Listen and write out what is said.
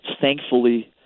Thankfully